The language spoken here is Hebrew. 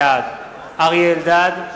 בעד אריה אלדד,